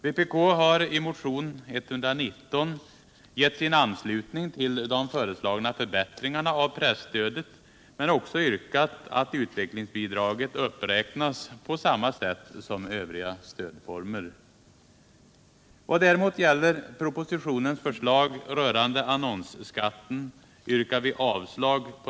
Vpk har i motionen 119 gett sin anslutning till de föreslagna förbättringarna av presstödet men också yrkat att utvecklingsbidraget uppräknas på samma sätt som övriga stödformer. Däremot yrkar vi avslag på propositionens förslag rörande annonsskatten.